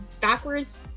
backwards